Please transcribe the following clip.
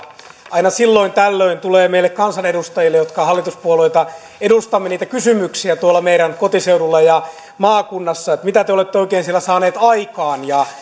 aina silloin tällöin tulee meille kansanedustajille jotka hallituspuolueita edustamme kysymyksiä tuolla kotiseudulla ja maakunnassa että mitä te olette oikein siellä saaneet aikaan